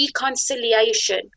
reconciliation